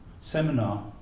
seminar